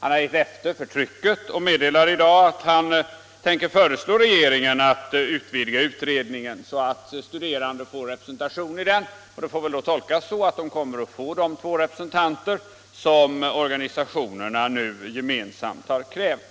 Han har gett efter för trycket och meddelar i dag att han tänker föreslå regeringen att utvidga utredningen så att de studerande får representation i den. Det får väl tolkas så att de kommer att få de två representanter som organisationerna gemensamt har krävt.